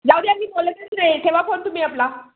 जाउदे आपली बोलतच नाही ठेवा फोन तुम्ही आपला